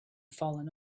fallen